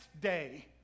day